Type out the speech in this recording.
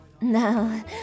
No